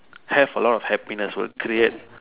have a lot of happiness will create